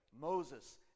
Moses